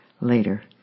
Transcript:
Later